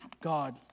God